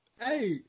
Hey